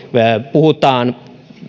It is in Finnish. puhutaan